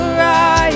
rise